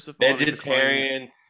vegetarian